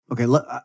Okay